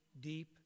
deep